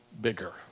bigger